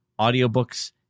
audiobooks